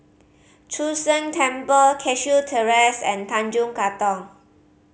Chu Sheng Temple Cashew Terrace and Tanjong Katong